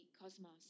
cosmos